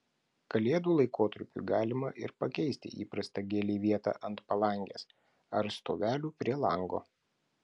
kalėdų laikotarpiui galima ir pakeisti įprastą gėlei vietą ant palangės ar stovelių prie lango